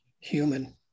human